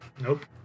Nope